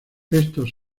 estos